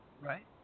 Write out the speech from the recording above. Right